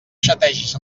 xategis